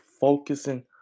focusing